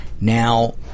Now